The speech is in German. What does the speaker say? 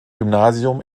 gymnasium